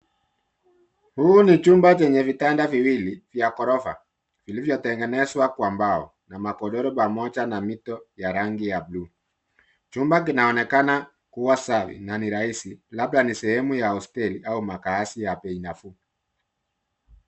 Huu ni chumba chenye vitanda viwili, vya ghorofa vilivyotengenezwa kwa mbao, na magodoro pamoja na mito ya rangi ya blue. .Chumba kinaonekana kuwa safi na ni rahisi labda ni sehemu ya hosteli au makaazi ya bei nafuu.